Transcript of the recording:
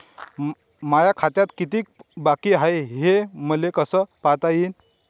माया खात्यात कितीक बाकी हाय, हे मले कस पायता येईन?